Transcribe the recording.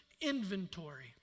Inventory